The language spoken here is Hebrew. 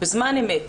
בזמן אמת,